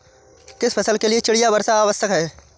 किस फसल के लिए चिड़िया वर्षा आवश्यक है?